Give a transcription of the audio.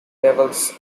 levels